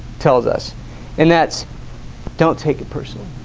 tells us and that's don't take it personal